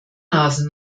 nase